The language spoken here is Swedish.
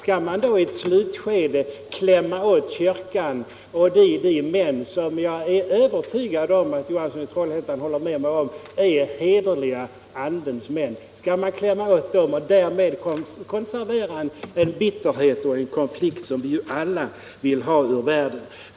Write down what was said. Skall man då i ett slutskede klämma åt kyrkan och dess män -— jag är övertygad om att herr Johansson i Trollhättan håller med mig om att de är hederliga andens män — och därmed konservera en bitterhet och en konflikt som vi ju alla vill ha ur världen?